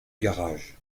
garage